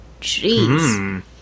jeez